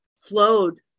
flowed